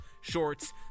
shorts